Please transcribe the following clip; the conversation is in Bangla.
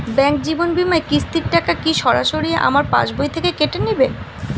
ব্যাঙ্ক জীবন বিমার কিস্তির টাকা কি সরাসরি আমার পাশ বই থেকে কেটে নিবে?